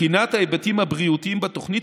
בחינת ההיבטים הבריאותיים בתוכנית